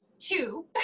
two